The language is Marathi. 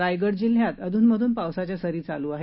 रायगड जिल्ह्यात अधून मधून पावसाच्या सरी चालू आहेत